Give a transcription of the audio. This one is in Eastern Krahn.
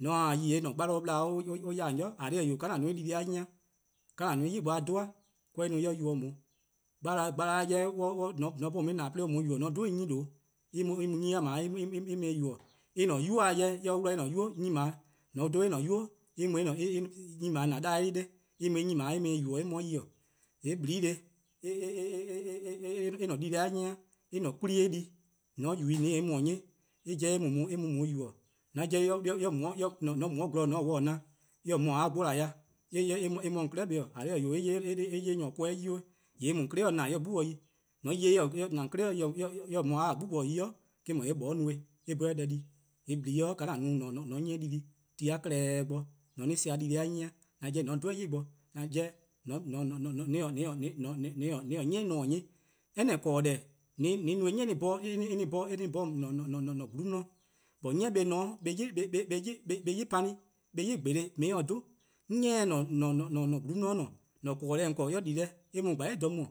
:mor :on taa 'de yi :yee' :an-a'a: gbalor-a ple or ya-dih on 'i, eh :korn dhih-eh 'wee' :ka :an no-a or-a' dii-deh+-a 'nyi-a, :ka :an no-a or-' 'yli bo 'dhu-a, 'gbarlor-a 'jeh :mor :an 'bhorn :on 'ye or :na-dih 'de or :on yubo :mor :on 'dhu-dih-ih 'nyne :due' 'nyne-a 'jeh :dao' en mu-ih yubo:, en-a'a: 'nynuu-a 'jeh :mor en 'wluh en-a'a: 'nynuu:, 'nyne :dao' :mor on 'dhu-dih en-a'a: 'nynuu' 'nyne :dao' :an 'da-dih en 'de en mu "nyne :dao' yubo: en mu 'de :yi.:yee' :blii' :ke :neheh' eh-a: di-deh-a 'nyi 'a, eh 'kwla eh 'di-a :mor on yubo-ih :on :taa-ih-a 'nyi, eh 'jeh eh mu :on yubo: :an 'jeh :mor :on mu 'de zorn :on taa gwlor ken-dih na, :mor eh-: mor-: a gele' :ya, eh mu 'o :on 'klei' kpa-a' :eh :korn dhih :eh 'wee' eh 'ye nyor :or korn-eh or 'ye-or, :yee' eh mu :on 'klei' :na eh 'ye 'gbu bo yi. :mor :on 'ye-eh eh taa :on 'kli-a na eh-: mor a :taa 'gbu bo yi 'i, eh 'dhu :yee' 'moeh-a no-eh eh 'bhorn eh 'ye deh di. :yee' :blii' :ka :an no-a 'de :an 'yi-eh dii-deh+ 'do ti-a klehkpeh bo :mor :an sea' eh-' dii-deh+-a 'nyi dhih, an 'jeh :mor :on 'dhu-eh 'yli-eh bo, :mor :on taa-eh 'ni 'i-a 'nyi, any :korn deh, :an no-eh 'ni-a :bor 'de :an-a'a: :gluun' 'di-dih, 'nyi 'ni :ne 'de eh 'yi pani', eh 'yi 'borke' :on 'ye-eh-dih dhe. :mor 'ni 'de :an-a' "gluun' 'di :ne, :an-a' :korn-deh: :on :korn-a :mor eh 'de deh eh mu :dha 'sluh mu.